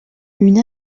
une